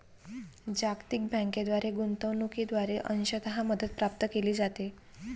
जागतिक बँकेद्वारे गुंतवणूकीद्वारे अंशतः मदत प्राप्त केली जाते